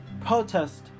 protest